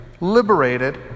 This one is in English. liberated